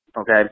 okay